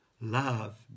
Love